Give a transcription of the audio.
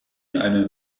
eine